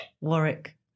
Warwick